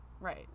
Right